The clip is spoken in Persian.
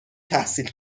تحصیل